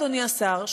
אדוני השר,